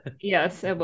Yes